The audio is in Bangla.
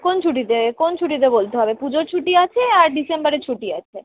কোন ছুটিতে কোন ছুটিতে বলতে হবে পুজোর ছুটি আছে আর ডিসেম্বরের ছুটি আছে